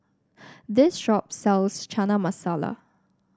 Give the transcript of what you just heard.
this shop sells Chana Masala